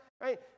Right